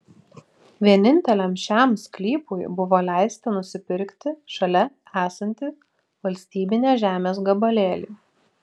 vieninteliam šiam sklypui buvo leista nusipirkti šalia esantį valstybinės žemės gabalėlį